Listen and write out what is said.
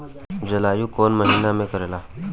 जलवायु कौन महीना में करेला?